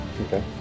Okay